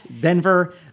Denver